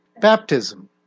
baptism